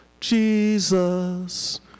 Jesus